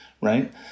right